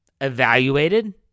evaluated